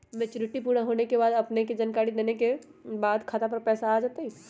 Maturity पुरा होवे के बाद अपने के जानकारी देने के बाद खाता पर पैसा आ जतई?